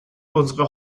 unsere